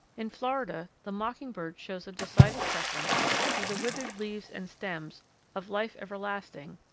in florida the mockingbird shows a decided preference for the withered leaves and stems of life-everlasting,